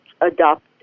adopt